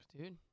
dude